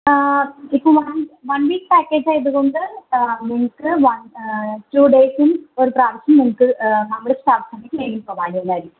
ഇപ്പം one one week പാക്കേജായതുകൊണ്ട് നിങ്ങൾക്ക് വൺ ടൂ ഡെയ്സും ഒരു പ്രാവശ്യം നിങ്ങൾക്ക് നമ്മൾ സപ്പ്ളിമെൻറ്ററിയായിട്ട് പ്രൊവൈഡ് ചെയ്യുന്നതാരിക്കും